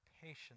patience